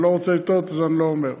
אני לא רוצה לטעות, אז אני לא אומר.